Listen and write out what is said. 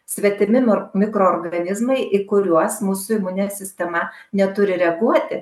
svetimi mur mikroorganizmai į kuriuos mūsų imuninė sistema neturi reaguoti